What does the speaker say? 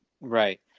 Right